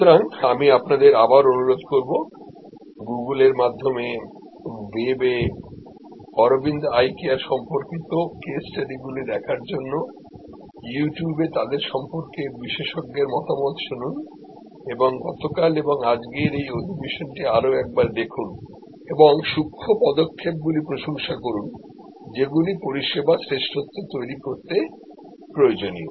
সুতরাং আমি আপনাকে আবার অনুরোধ করব গুগলের মাধ্যমে web এ অরবিন্দ আই কেয়ার সম্পর্কিত কেস স্টাডিগুলি দেখার জন্য ইউটিউবে তাদের সম্পর্কে বিশেষজ্ঞদের মতামত শুনুন এবং গতকাল এবং আজকের এই অধিবেশনটি আর একবার দেখুন এবং সূক্ষ্ম পদক্ষেপগুলি প্রশংসা করুন যেগুলি পরিষেবার শ্রেষ্ঠত্ব তৈরি করতে প্রয়োজনীয়